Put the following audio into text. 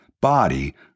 body